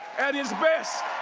at its best.